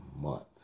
months